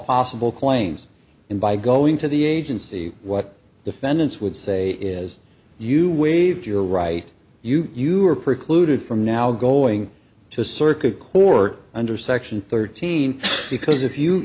possible claims and by going to the agency what defendants would say is you waived your right you you are precluded from now going to circuit court under section thirteen because if you